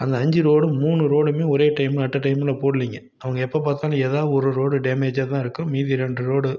அந்த அஞ்சு ரோடும் மூணு ரோடுமே ஒரே டைமில் அட் எ டைமில் போடலிங்க அவங்க எப்போ பார்த்தாலும் எதாக ஒரு ரோடு டேமேஜாக தான் இருக்கும் மீதி ரெண்டு ரோடு